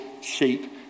sheep